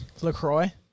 LaCroix